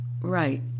Right